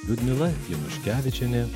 liudmila januškevičienė